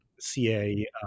CA